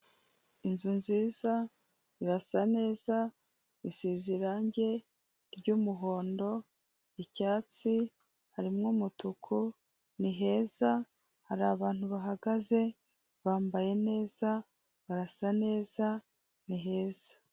Inzu nziza irasa neza isize irange ry'umuhondo, icyatsi, harimo umutu, ni heza hari abantu bahagaze bambaye neza, barasa neza ni heza.